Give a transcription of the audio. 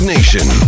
Nation